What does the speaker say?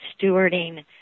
stewarding